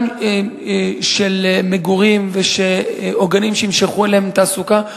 גם של מגורים ועוגנים שימשכו אליהם תעסוקה.